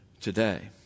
today